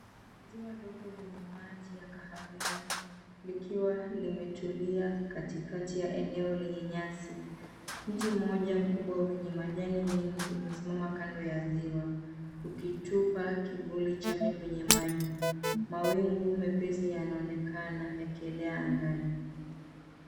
Ziwa ndogo lenye maji ya kahawia likiwa limetulia katikati ya eneo lenye nyasi. Mti mmoja mkubwa wenye majani mengi umesimama kando ya ziwa ukitupa kivuli chake kwenye maji. Mawingu mepesi yanaonekana yakielea angani.